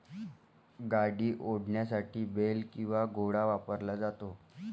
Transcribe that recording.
गाडी ओढण्यासाठी बेल किंवा घोडा वापरला जातो